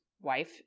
wife